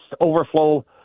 overflow